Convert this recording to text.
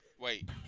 wait